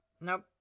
nope